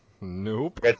Nope